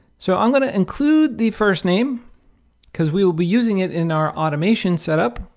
so i'm going to include the first name because we will be using it in our automation setup.